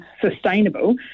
sustainable